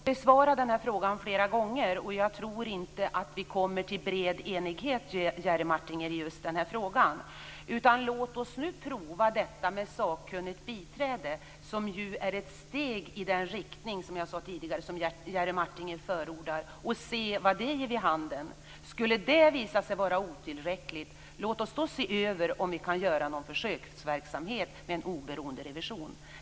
Fru talman! Jag har försökt att besvara denna fråga flera gånger. Jag tror inte att vi kommer till bred enighet, Jerry Martinger, i just denna fråga. Låt oss nu prova detta med sakkunnigt biträde som ju är ett steg i den riktning som, vilket jag sade tidigare, Jerry Martinger förordar och se vad det ger vid handen. Skulle det visa sig vara otillräckligt, låt oss då se över om vi kan göra någon försöksverksamhet med en oberoende revision.